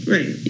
Right